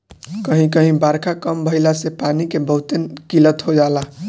कही कही बारखा कम भईला से पानी के बहुते किल्लत हो जाला